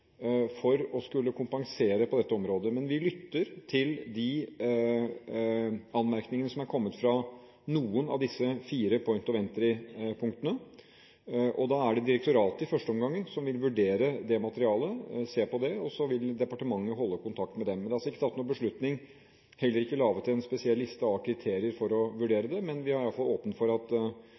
for å skulle kompensere på dette området, men vi lytter til de bemerkningene som er kommet fra noen av disse fire Point of Entry-kommunene. Det er direktoratet som i første omgang vil vurdere dette materialet, se på det, og så vil departementet holde kontakt med kommunene. Men det er ikke tatt noen beslutning og heller ikke laget en spesiell liste med kriterier for å vurdere det, men vi er i alle fall åpne for at